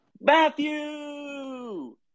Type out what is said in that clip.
Matthew